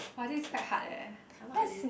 !wah! this is quite hard leh I'm not really